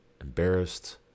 embarrassed